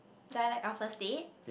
do I like our first date